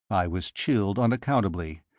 i was chilled unaccountably,